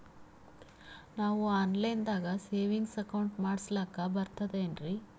ನಾವು online ದಾಗ savings account ಮಾಡಸ್ಲಾಕ ಬರ್ತದೇನ್ರಿ?